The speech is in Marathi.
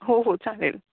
हो हो चालेल